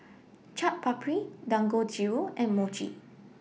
Chaat Papri Dangojiru and Mochi